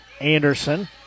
Anderson